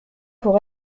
pour